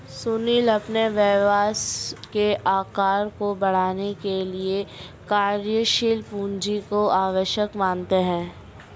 सुनील अपने व्यवसाय के आकार को बढ़ाने के लिए कार्यशील पूंजी को आवश्यक मानते हैं